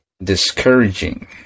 discouraging